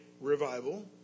revival